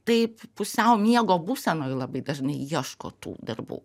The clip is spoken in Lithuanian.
taip pusiau miego būsenoj labai dažnai ieško tų darbų